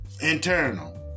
internal